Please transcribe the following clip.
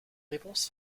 réponse